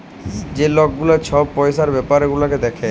যে লক গুলা ছব পইসার ব্যাপার গুলা দ্যাখে